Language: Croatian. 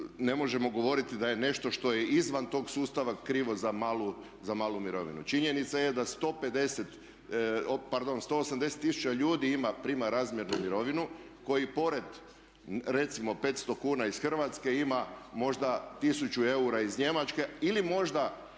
ne možemo govoriti da je nešto što je izvan tog sustava krivo za malu mirovinu. Činjenica je da 150, pardon 180 tisuća ljudi prima razmjernu mirovinu koji pored recimo 500 kn iz Hrvatske ima možda 1000 eura iz Njemačke ili možda